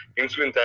insulin